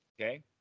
Okay